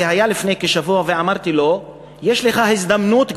הוא היה לפני כשבוע ואמרתי לו: יש לך הזדמנות,